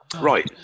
Right